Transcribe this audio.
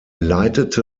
leitete